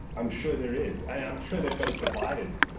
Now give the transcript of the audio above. i'm sure there is. i'm sure they've got it divided,